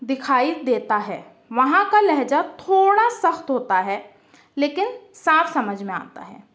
دکھائی دیتا ہے وہاں کا لہجہ تھوڑا سخت ہوتا ہے لیکن صاف سمجھ میں آتا ہے